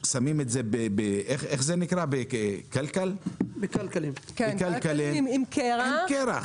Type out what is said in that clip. שמים את זה בקלקרים עם קרח.